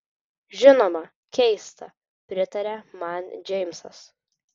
žinoma keista pritarė man džeimsas